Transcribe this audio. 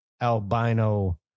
albino